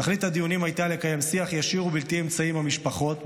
תכלית הדיונים הייתה לקיים שיח ישיר ובלתי אמצעי עם המשפחות,